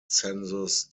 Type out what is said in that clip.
census